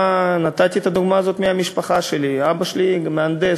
נתתי את הדוגמה הזאת מהמשפחה שלי: אבא שלי מהנדס,